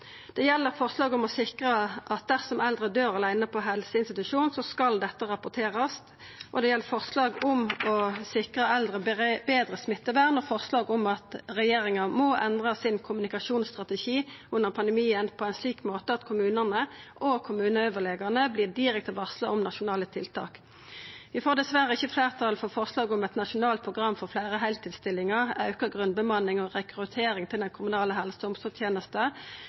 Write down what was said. Det gjeld forslaget om å sikra at dersom eldre døyr aleine på helseinstitusjon, skal dette rapporterast. Det gjeld forslaget om å sikra eldre betre smittevern og vidare forslaget om at regjeringa må endra kommunikasjonsstrategien sin under pandemien på ein slik måte at kommunane og kommuneoverlegane vert direkte varsla om nasjonale tiltak. Vi får dessverre ikkje fleirtal for forslaget om eit nasjonalt program for fleire heiltidsstillingar, auka grunnbemanning og rekruttering til den kommunale helse- og